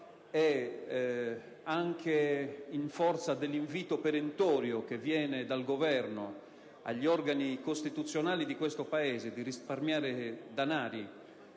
e anche in forza dell'invito perentorio che viene dal Governo agli organi costituzionali di questo Paese di risparmiare danari